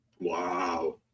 Wow